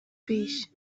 پیش